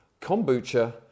kombucha